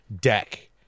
deck